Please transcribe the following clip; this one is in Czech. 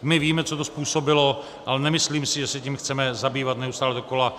My víme, co to způsobilo, ale nemyslím si, že se tím chceme zabývat neustále dokola.